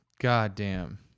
Goddamn